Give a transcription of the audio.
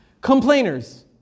complainers